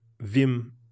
Vim